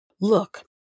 Look